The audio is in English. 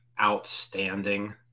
outstanding